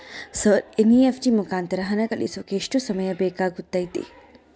Sir NEFT ಮುಖಾಂತರ ಹಣ ಕಳಿಸೋಕೆ ಎಷ್ಟು ಸಮಯ ಬೇಕಾಗುತೈತಿ?